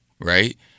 Right